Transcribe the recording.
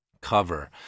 cover